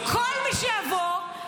נראה לי שכל מי שיבוא -- מירב,